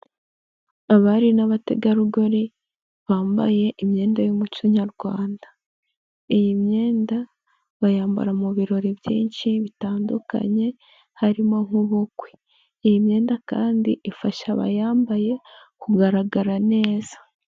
Abari n'abategarugori bambaye imyenda y'umuco nyarwanda, iyi myenda bayambara mu birori byinshi bitandukanye harimo nk'ubukwe, iyi myenda kandi ifasha abayambaye kugaragara neza.